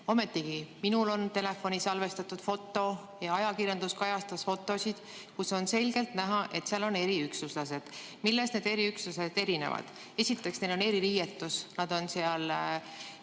Ometigi on minul telefoni salvestatud foto ja ajakirjandus kajastas fotosid, kus on selgelt näha, et seal on eriüksuslased. Mille poolest need eriüksuslased [teistest] erinevad? Esiteks, neil on eririietus, nad on seal